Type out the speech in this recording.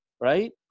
right